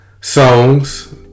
songs